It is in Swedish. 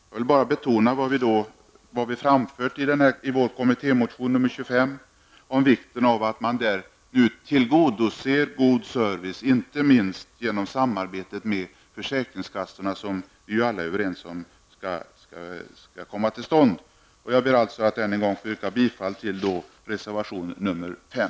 Jag vill bara betona vad vi framfört i vår kommittémotion Sk25 om vikten av att tillgodose god service inte minst genom samarbete med försäkringskassorna. Vi är alla överens om att detta skall komma till stånd. Jag ber att än en gång få yrka bifall till reservation nr 5.